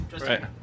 Right